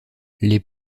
les